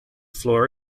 floor